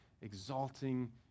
exalting